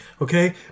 okay